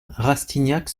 rastignac